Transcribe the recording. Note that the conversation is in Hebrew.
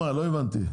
לא הבנתי?